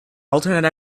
alternate